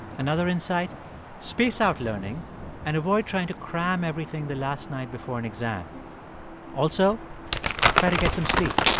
another insight space out learning and avoid trying to cram everything the last night before an exam also try to get some sleep